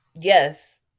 yes